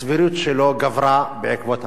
הסבירות שלו גברה בעקבות המהלך.